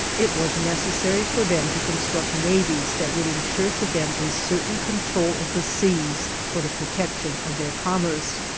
it was necessary for them to construct navies that would insure to them a certain control of the seas for the protection of their commerce.